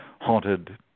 haunted